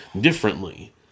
differently